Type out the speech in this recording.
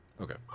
Okay